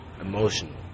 emotional